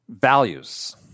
values